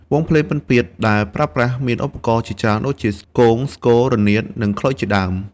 វង់ភ្លេងពិណពាទ្យដែលប្រើប្រាស់មានឧបករណ៍ជាច្រើនដូចជា គង ស្គរ រនាត និងខ្លុយជាដើម។